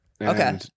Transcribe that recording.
okay